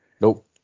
Nope